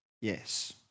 yes